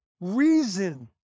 reason